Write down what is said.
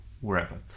wherever